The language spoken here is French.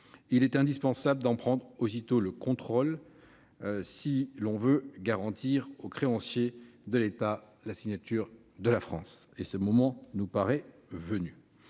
il est indispensable d'en reprendre aussitôt le contrôle, pour pouvoir garantir aux créanciers de l'État la signature de la France. Ce moment nous paraît venu.